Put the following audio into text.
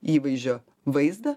įvaizdžio vaizdą